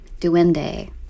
Duende